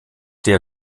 der